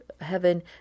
heaven